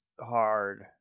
hard